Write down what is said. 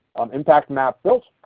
impact map built.